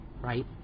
Right